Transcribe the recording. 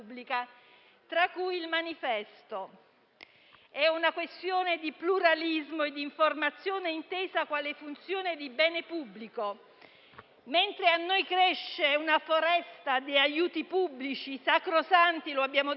tra cui «il manifesto». È una questione di pluralismo di informazione intesa quale funzione di bene pubblico: mentre cresce una foresta di aiuti pubblici - sacrosanti, lo abbiamo detto